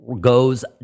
goes